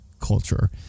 culture